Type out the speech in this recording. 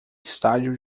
estádio